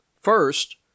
First